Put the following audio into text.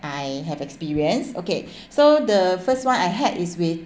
I have experienced okay so the first one I had is with